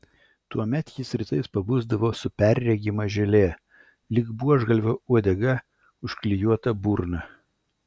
tuomet jis rytais pabusdavo su perregima želė lyg buožgalvio uodega užklijuota burna